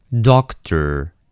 Doctor